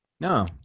no